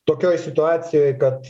tokioj situacijoj kad